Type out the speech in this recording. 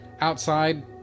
outside